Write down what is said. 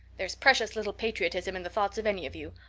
there's precious little patriotism in the thoughts of any of you.